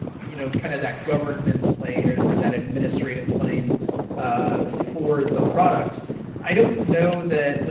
you know kind of that governance plane or or that administrative plane for the product i don't know that,